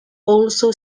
also